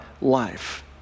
life